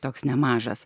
toks nemažas